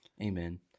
Amen